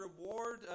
reward